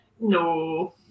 No